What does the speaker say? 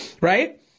Right